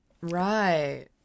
Right